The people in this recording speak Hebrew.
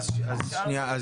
אז שנייה,